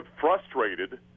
frustrated